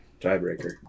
tiebreaker